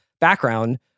background